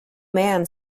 man